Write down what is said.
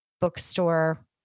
bookstore